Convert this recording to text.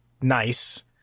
nice